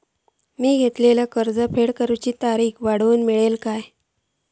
मी घेतलाला कर्ज फेड करूची तारिक वाढवन मेलतली काय?